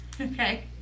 Okay